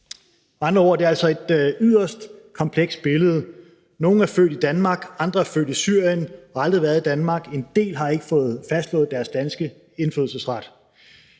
andre ord er det altså et yderst komplekst billede. Nogle er født i Danmark, andre er født i Syrien og har aldrig været i Danmark, og en del har ikke fået fastslået deres danske indfødsret.